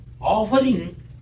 offering